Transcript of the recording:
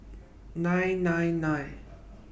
nine nine nine